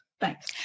Thanks